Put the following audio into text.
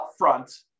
upfront